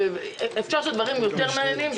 אפשר לעשות דברים יותר מעניינים.